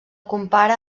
compara